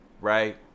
right